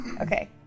Okay